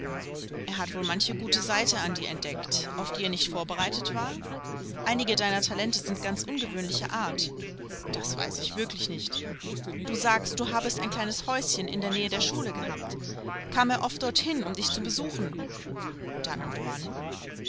er hat wohl manche gute seiten an dir entdeckt auf die er nicht vorbereitet war einige deiner talente sind ganz ungewöhnlicher art das weiß ich wirklich nicht du sagst du habest ein kleines häuschen in der nähe der schule gehabt kam er oft dorthin um dich zu besuchen dann und wann